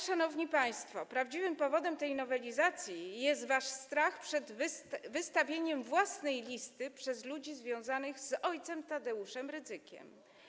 Szanowni państwo, prawdziwym powodem tej nowelizacji jest wasz strach przed wystawieniem własnej listy przez ludzi związanych z o. Tadeuszem Rydzykiem.